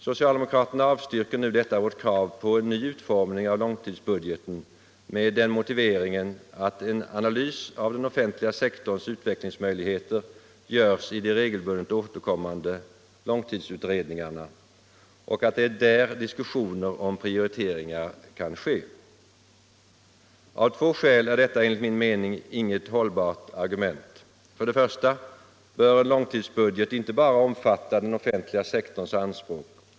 Socialdemokraterna avstyrker nu detta vårt krav på en ny utformning av långtidsbudgeten med motiveringen att en analys av den offentliga sektorns utvecklingsmöjligheter görs i de regelbundet återkommande långtidsutredningarna och att det är där diskussioner om prioriteringar kan ske. Av två skäl är detta enligt min mening inget hållbart argument. För det första bör en långtidsbudget inte bara omfatta den offentliga sektorns anspråk.